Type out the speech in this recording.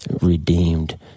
redeemed